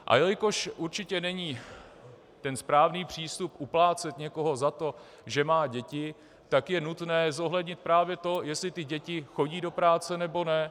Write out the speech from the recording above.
Jelikož určitě není ten správný přístup uplácet někoho za to, že má děti, tak je nutné zohlednit právě to, jestli děti chodí do práce, nebo ne.